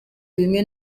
bimwe